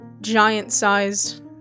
Giant-sized